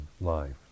life